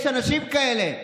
יש אנשים כאלה.